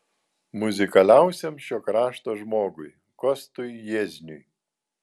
muzikaliausiam šio krašto žmogui kostui jiezniui